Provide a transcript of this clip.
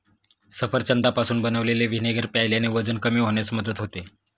सफरचंदापासून बनवलेले व्हिनेगर प्यायल्याने वजन कमी होण्यास मदत होते